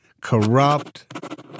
Corrupt